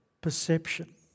perception